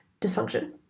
Dysfunction